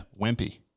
wimpy